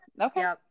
okay